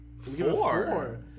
Four